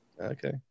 Okay